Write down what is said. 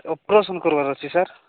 operation କରିବାର ଅଛି sir